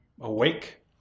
awake